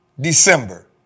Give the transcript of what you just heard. December